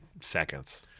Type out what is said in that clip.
seconds